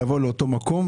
לבוא לאותו מקום,